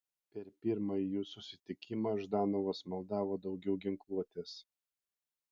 per pirmąjį jų susitikimą ždanovas maldavo daugiau ginkluotės